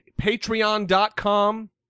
Patreon.com